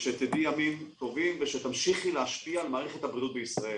שתדעי ימים טובים ושתמשיכי להשפיע על מערכת הבריאות בישראל.